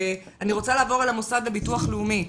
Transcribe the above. אני רוצה לעבור למוסד לביטוח לאומי,